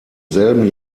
selben